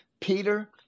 Peter